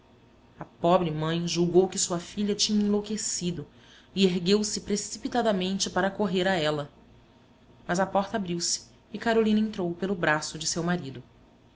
a pobre mãe julgou que sua filha tinha enlouquecido e ergueu-se precipitadamente para correr a ela mas a porta abriu-se e carolina entrou pelo braço de seu marido